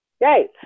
great